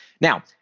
Now